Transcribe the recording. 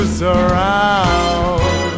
surround